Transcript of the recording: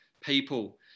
people